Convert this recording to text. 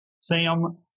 Sam